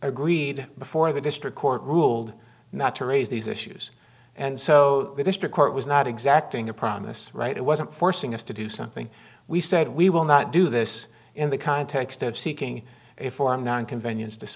agreed before the district court ruled matter raise these issues and so the district court was not exacting a promise right it wasn't forcing us to do something we said we will not do this in the context of seeking a full on non convenience